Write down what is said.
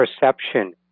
perception